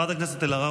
כן, כן.